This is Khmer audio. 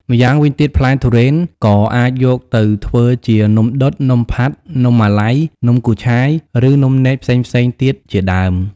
ម្យ៉ាងវិញទៀតផ្លែទុរេនក៏អាចយកទៅធ្វើជានំដុត នំផាត់ នំម៉ាឡៃ នំគូឆាយ ឬនំនែកផ្សេងៗទៀតជាដើម។